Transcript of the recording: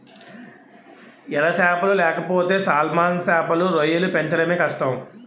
ఎర సేపలు లేకపోతే సాల్మన్ సేపలు, రొయ్యలు పెంచడమే కష్టం